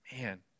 Man